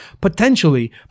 Potentially